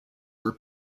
were